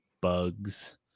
bugs